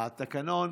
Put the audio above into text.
התקנון,